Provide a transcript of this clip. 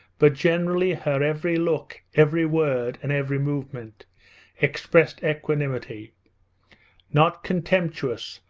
but generally her every look, every word, and every movement expressed equanimity not contemptuous,